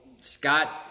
Scott